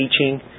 teaching